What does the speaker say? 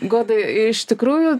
goda iš tikrųjų